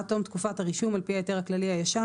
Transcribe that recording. עד תום תקופת הרישום על פי ההיתר הכללי הישן